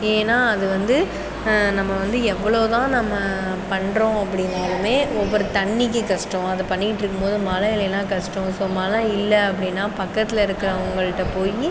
ஏன்னால் அது வந்து நம்ம வந்து எவ்வளோ தான் நம்ம பண்ணுறோம் அப்படினாலுமே ஒவ்வொரு தண்ணிக்கு கஷ்டம் அது பண்ணிக்கிட்டு இருக்கும் போது மழை இல்லையினா கஷ்டம் சோ மழை இல்லை அப்படின்னா பக்கத்தில் இருக்கிறவங்கள்ட போய்